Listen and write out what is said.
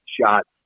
shot